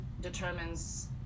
determines